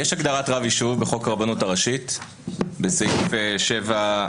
יש הגדרת רב יישוב בחוק הרבנות הראשית בסעיף 7(4)